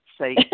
say